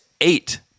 eight